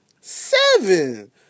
Seven